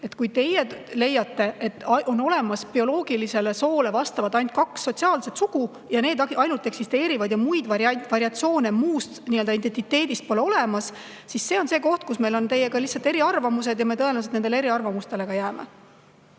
Kui teie leiate, et on olemas bioloogilisele soole vastavalt ainult kaks sotsiaalset sugu, et ainult need eksisteerivad ja muid variatsioone muust identiteedist pole olemas, siis see on koht, kus meil on teiega lihtsalt eriarvamused ja me tõenäoliselt nendele eriarvamustele ka jääme.